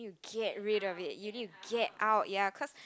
get rid a bit you need get out ya cause